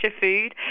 food